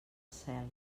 cel